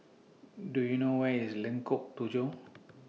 Do YOU know Where IS Lengkok Tujoh